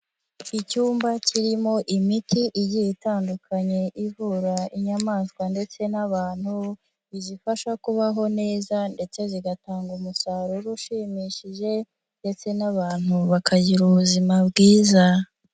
Icyumba kirimo imiti igiye itandukanye ivura inyamaswa ndetse n'abantu, bizifasha kubaho neza ndetse zigatanga umusaruro ushimishije ndetse n'abantu bakagira ubuzima bwiza.